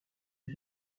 est